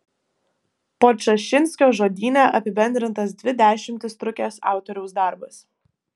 podčašinskio žodyne apibendrintas dvi dešimtis trukęs autoriaus darbas